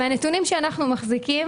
מהנתונים שאנו מחזיקים